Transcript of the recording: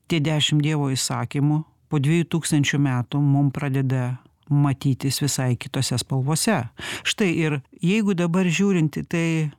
tie dešim dievo įsakymų po dviejų tūkstančių metų mum pradeda matytis visai kitose spalvose štai ir jeigu dabar žiūrint į tai